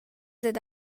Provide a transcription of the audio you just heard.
dad